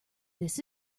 this